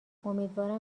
امیدوارم